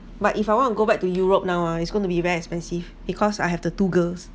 but if I want to go back to europe now ah it's going to be very expensive because I have the two girls